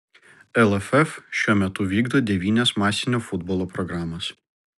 lff šiuo metu vykdo devynias masinio futbolo programas